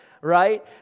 right